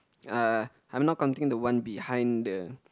uh I'm not counting the one behind the